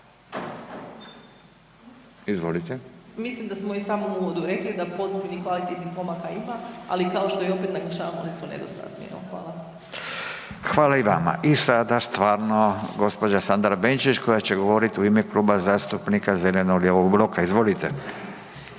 Anka** Mislim da smo i u samom uvodu rekli da pozitivnih i kvalitetnih pomaka ima, ali kao što i opet naglašavam oni su nedostatni, jel. Hvala. **Radin, Furio (Nezavisni)** Hvala i vama i sada stvarno gđa. Sandra Benčić koja će govorit u ime Kluba zastupnika zeleno-lijevog bloka, izvolite.